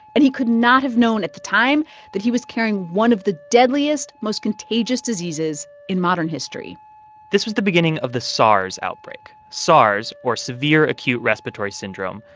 and he could not have known at the time that he was carrying one of the deadliest, most contagious diseases in modern history this was the beginning of the sars outbreak. sars, or severe acute respiratory syndrome,